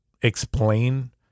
explain